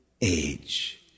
age